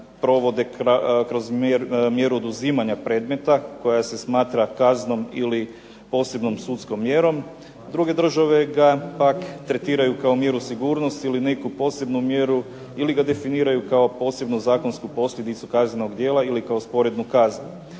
provode kroz mjeru oduzimanja predmeta koja se smatra kaznom ili posebnom sudskom mjerom. Druge države ga pak tretiraju kao mjeru sigurnosti ili neku posebnu mjeru ili ga definiraju kao posebnu zakonsku posljedicu kaznenog djela ili kao sporednu kaznu.